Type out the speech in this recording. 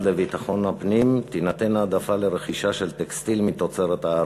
לביטחון הפנים תינתן העדפה לרכישה של טקסטיל מתוצרת הארץ.